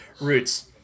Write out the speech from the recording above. Roots